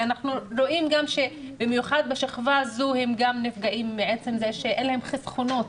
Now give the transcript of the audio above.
אנחנו רואים גם שבמיוחד בשכבה הזו הם נפגעים מעצם זה שאין להם חסכונות